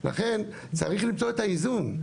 לכן צריך למצוא את האיזון.